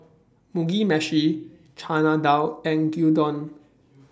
Mugi Meshi Chana Dal and Gyudon